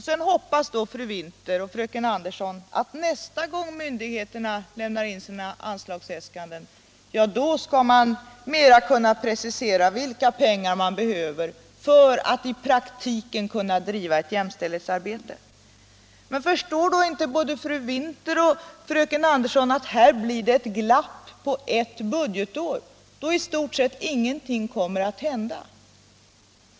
Sedan hoppas då fru Winther och fröken Andersson att myndigheterna nästa gång de lämnar in sina anslagsäskanden mer skall kunna precisera vilka pengar man behöver för att i praktiken kunna driva ett jämställdhetsarbete. Förstår då inte fru Winther och fröken Andersson att det här blir ett glapp på ett budgetår då i stort sett ingenting kommer att hända?